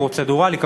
פרוצדורלי בחקיקה,